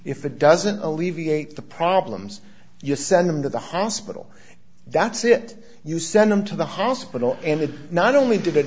if it doesn't alleviate the problems you send them to the hospital that's it you send them to the hospital and it's not only did it